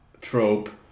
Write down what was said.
trope